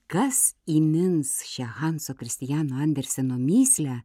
kas įmins šią hanso kristijano anderseno mįslę